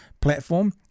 platform